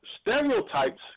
stereotypes